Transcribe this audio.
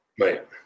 right